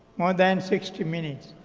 more than sixty minutes.